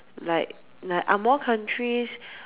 like like angmoh countries